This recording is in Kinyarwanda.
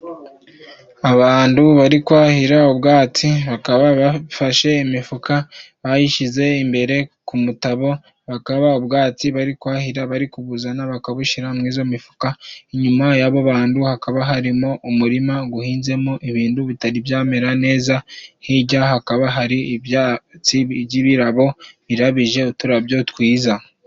Abantu bari kwahira ubwatsi bakaba bafashe imifuka bayishyize imbere ku mutabo. Bakaba ubwatsi bari kwahira bari kubuzana bakabushyira mu izo mifuka. Inyuma yabo bandu hakaba harimo umurima uhinzemo ibindu bitari byamera neza. Hirya hakaba hari ibyatsi by'ibirabo birabije uturarabyo twiza.